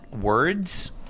words